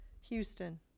Houston